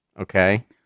Okay